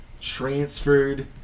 transferred